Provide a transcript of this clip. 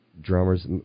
drummers